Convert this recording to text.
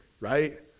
right